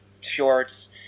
shorts